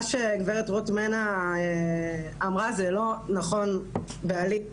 מה שגב' רות מנע אמרה, זה לא נכון בעליל.